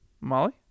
Molly